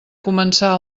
començar